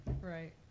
right